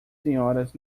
senhoras